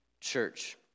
church